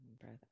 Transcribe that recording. Breath